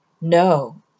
No